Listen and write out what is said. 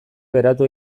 beratu